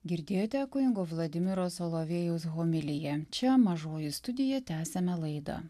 girdėjote kunigo vladimiro solovėjaus homiliją čia mažoji studija tęsiame laidą